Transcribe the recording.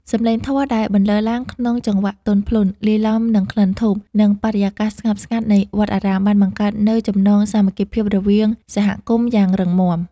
សម្លេងធម៌ដែលបន្លឺឡើងក្នុងចង្វាក់ទន់ភ្លន់ លាយឡំនឹងក្លិនធូប និងបរិយាកាសស្ងប់ស្ងាត់នៃវត្តអារាម បានបង្កើតនូវចំណងសាមគ្គីភាពរវាងសហគមន៍យ៉ាងរឹងមាំ។